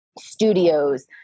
studios